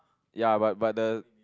ya but but the